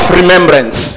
remembrance